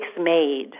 made